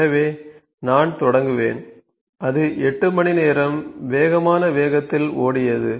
எனவே நான் தொடங்குவேன் அது 8 மணி நேரம் வேகமான வேகத்தில் ஓடியது